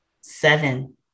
seven